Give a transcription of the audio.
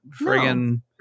friggin